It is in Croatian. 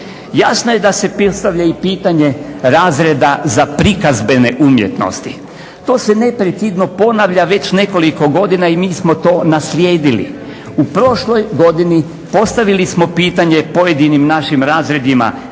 Jasno je da se postavlja i pitanje razreda za prikazbene umjetnosti. To se neprekidno ponavlja već nekoliko godina i mi smo to naslijedili. U prošloj godini postavili smo pitanje pojedinim našim razredima,